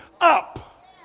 up